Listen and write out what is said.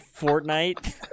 Fortnite